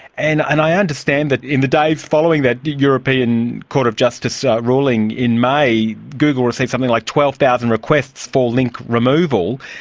and and i understand that in the days following that european court of justice ah ruling in may, google received something like twelve thousand requests for link removal.